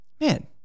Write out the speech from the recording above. man